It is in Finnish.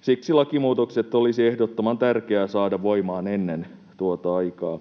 Siksi lakimuutokset olisi ehdottoman tärkeää saada voimaan ennen tuota aikaa.